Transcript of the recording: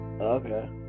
Okay